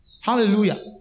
Hallelujah